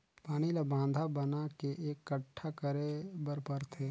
पानी ल बांधा बना के एकटठा करे बर परथे